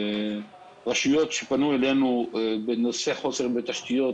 רשויות שפנו אלינו בשל חוסר תשתיות